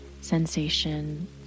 sensation